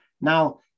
Now